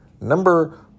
number